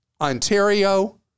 Ontario